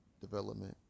development